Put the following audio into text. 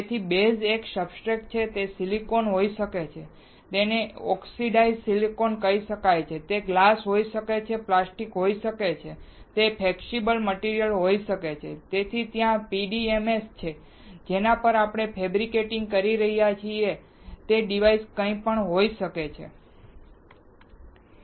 તેથી બેઝ એક સબસ્ટ્રેટ છે તે સિલિકોન હોઈ શકે છે તેને ઓક્સિડાઇઝ્ડ સિલિકોન કરી શકાય છે તે ગ્લાસ હોઈ શકે છે તે પ્લાસ્ટિક હોઈ શકે છે તે ફેક્સીબલ મટીરીયલ હોઈ શકે છે તેથી ત્યાં PDMS છે જેના પર તમે ફેબરીકેટીંગ કરી રહ્યા છો તે ડિવાઇસ તે કાંઈ પણ હોઈ શકે છે